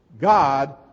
God